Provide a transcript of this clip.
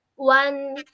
one